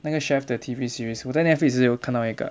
那个 chef 的 T_V series 我在 netflix 也是有看到一个